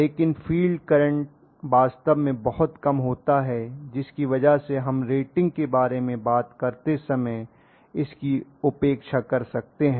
लेकिन field current वास्तव में बहुत कम होता है जिसकी वजह से हम रेटिंग के बारे में बात करते समय इसकी उपेक्षा कर सकते हैं